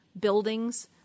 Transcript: buildings